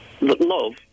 Love